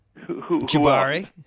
Jabari